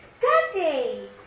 Daddy